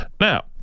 Now